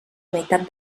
meitat